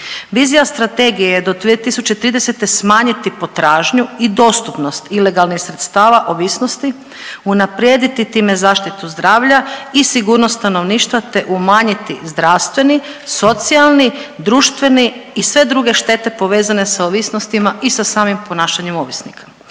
Vizija strategije je do 2030. smanjiti potražnju i dostupnost ilegalnih sredstava ovisnosti, unaprijediti time zaštitu zdravlja i sigurnost stanovništva, te umanjiti zdravstveni, socijalni, društveni i sve druge štete povezane sa ovisnostima i sa samim ponašanjem ovisnika.